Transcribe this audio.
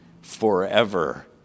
forever